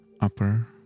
upper